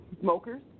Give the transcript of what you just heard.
smokers